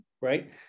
right